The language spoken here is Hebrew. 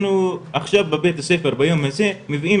עכשיו אנחנו בבית הספר ביום הזה מביאים